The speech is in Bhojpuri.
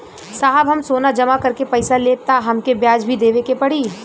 साहब हम सोना जमा करके पैसा लेब त हमके ब्याज भी देवे के पड़ी?